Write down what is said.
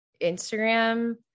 Instagram